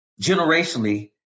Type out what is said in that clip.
generationally